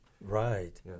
Right